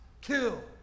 kill